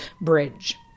bridge